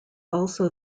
also